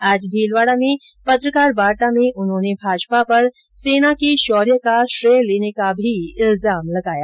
आज भीलवाडा में पत्रकार वार्ता में उन्होंने भाजपा पर सेना के शौर्य का श्रेय लेने का भी इल्जाम लगाया